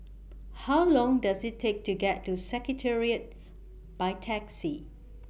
How Long Does IT Take to get to Secretariat By Taxi